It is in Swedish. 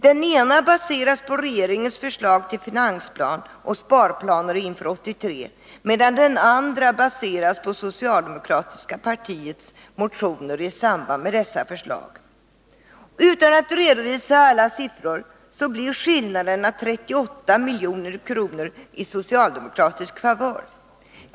Den ena baseras på regeringens förslag till finansplan och sparplaner inför 1983, medan den andra baseras på det socialdemokratiska partiets motioner i samband med dessa förslag. Utan att redovisa alla siffror vill jag nämna att skillnaden blir 38 milj.kr. i socialdemokratisk favör.